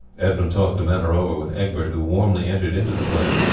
edmund talked the matter over with egbert, who warmly entered into the plan.